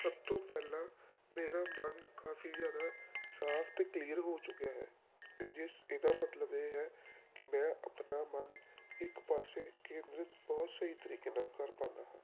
ਸਭ ਤੋਂ ਪਹਿਲਾਂ ਮੇਰਾ ਮਨ ਕਾਫੀ ਜ਼ਿਆਦਾ ਸਾਫ ਅਤੇ ਕਲੀਅਰ ਹੋ ਚੁੱਕਿਆ ਹੈ ਇ ਜਿਸ ਇਹਦਾ ਮਤਲਬ ਇਹ ਹੈ ਕਿ ਮੈਂ ਆਪਣਾ ਮਨ ਇੱਕ ਪਾਸੇ ਕੇਂਦਰਿਤ ਬਹੁਤ ਸਹੀ ਤਰੀਕੇ ਨਾਲ ਕਰ ਪਾਉਂਦਾ ਹਾਂ